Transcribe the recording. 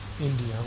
India